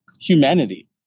humanity